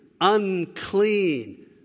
unclean